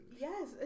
Yes